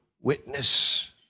witness